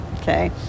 okay